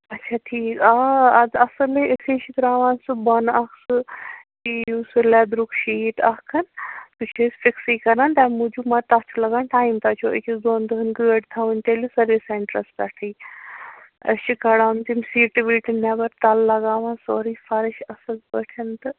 اچھا ٹھیٖک آ اَدٕ اَصٕلَے أسے چھِ ترٛاوان سُہ بۄنہٕ اکھ سُہ چیٖز سُہ لٮ۪درُک شیٖٹ اَکھَن سُہ چھِ أسۍ فِکسٕے کران تَمہِ موٗجوٗب ما تَتھ چھُ لگان ٹایِم تۄہہِ چھُو أکِس دۄن دۄہَن گٲڑۍ تھاوٕنۍ تیٚلہِ سٔروِس سینٹرٛس پٮ۪ٹھٕے أسۍ چھِ کڑان تِم سیٖٹہٕ ویٖٹہٕ نٮ۪بَر تلہٕ لگاوان سورٕے فرٕش اَصٕل پٲٹھۍ تہٕ